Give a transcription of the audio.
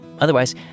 Otherwise